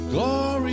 Glory